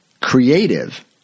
creative